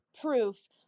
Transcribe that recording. proof